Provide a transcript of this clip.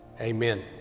Amen